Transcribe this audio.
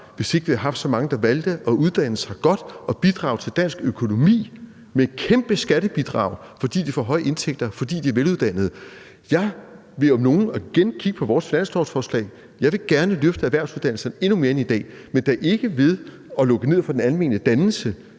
hvis ikke vi havde haft så mange, der valgte at uddanne sig godt og bidrage til dansk økonomi med et kæmpe skattebidrag, fordi de får høje indtægter, og fordi de er veluddannede. Jeg vil om nogen – kig bare igen på vores finanslovsforslag – gerne løfte erhvervsuddannelserne endnu mere end i dag, men da ikke ved at lukke ned for den almene dannelse